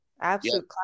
absolute